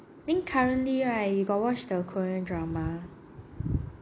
think currently right you got watch the korea drama